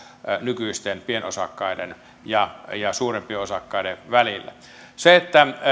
nykyisten pienosakkaiden ja ja suurempien osakkaiden välille se että